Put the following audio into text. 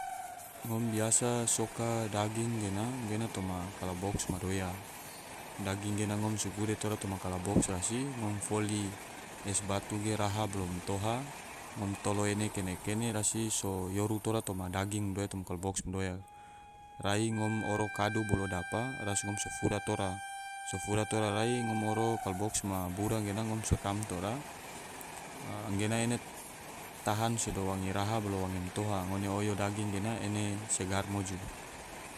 Ngom biasa soka daging gena toma kalabox madoya, daging gena ngom sgure toma kalabox rasi ngom foli es batu ge raha bolo romtoha ngom tolo ene kene-kene rasi so yoru tora toma daging madoya toma kalabox madoya, rai ngom oro kadu bolo dapa ras ngom so fura tora, so fura tora rai ngom oro kalabox ma bura gena ngom so tam tora anggena ene tahan sodo waange raha bolo wange romtoha ngone oyo daging gena ene segar moju